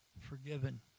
forgiven